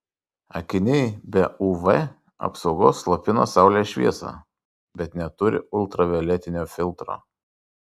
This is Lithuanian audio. akiniai be uv apsaugos slopina saulės šviesą bet neturi ultravioletinio filtro